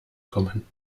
kommen